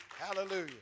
Hallelujah